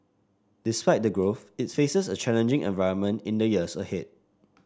despite the growth it faces a challenging environment in the years ahead